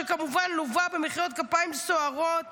שכמובן לווה במחיאות כפיים סוערות